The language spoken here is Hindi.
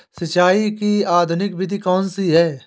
सिंचाई की आधुनिक विधि कौनसी हैं?